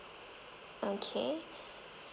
okay